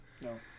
No